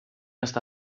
està